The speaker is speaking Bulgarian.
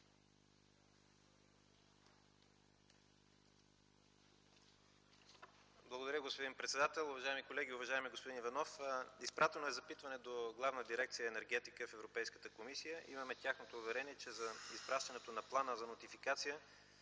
Благодаря, господин председател. Уважаеми колеги, уважаеми господин Иванов! Изпратено е запитване до Главна дирекция „Енергетика” в Европейската комисия. Имаме тяхното уверение, че изпращането на плана за нотификация